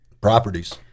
properties